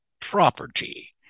property